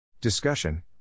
discussion